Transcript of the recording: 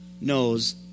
knows